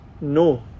No